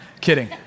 Kidding